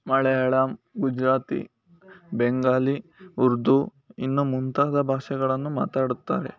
ಮಲಯಾಳಂ ಗುಜರಾತಿ ಬೆಂಗಾಲಿ ಉರ್ದು ಇನ್ನೂ ಮುಂತಾದ ಭಾಷೆಗಳನ್ನು ಮಾತಾಡುತ್ತಾರೆ